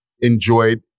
enjoyed